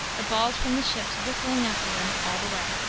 the balls from the ships whistling after them all the way.